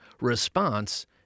response